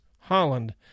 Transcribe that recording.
holland